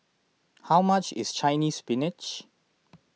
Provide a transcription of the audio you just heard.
how much is Chinese Spinach